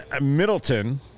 Middleton